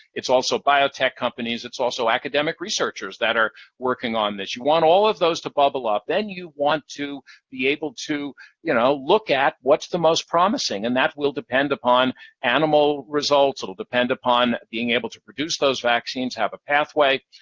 it's also biotech companies. it's also academic researchers that are working on this. you want all of those to bubble up. then you want to be able to you know look at what's the most promising, and that will depend upon animal results. it'll depend upon being able to produce those vaccines, have a pathway,